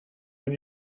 when